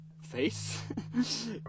face